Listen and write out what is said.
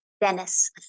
Dennis